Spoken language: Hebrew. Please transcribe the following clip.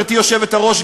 גברתי היושבת-ראש,